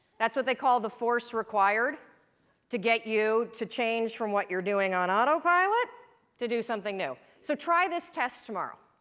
that's what they call the force required to get you to change from what you're doing on autopilot to do something new. so try this test tomorrow.